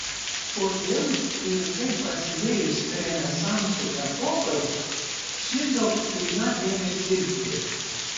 kodėl ir kaip prasidėjus renesanso epochai ši doktrina ėmė silpti